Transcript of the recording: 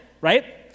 right